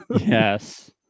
Yes